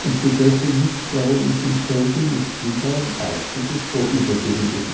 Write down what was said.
und begriffen nicht warum ich im felde nicht lieber ein artiges vorübergehendes